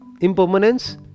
Impermanence